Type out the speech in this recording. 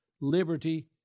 liberty